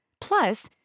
Plus